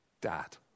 Dad